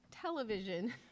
television